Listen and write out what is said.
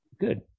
good